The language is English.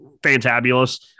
fantabulous